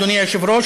אדוני היושב-ראש,